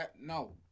no